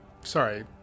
sorry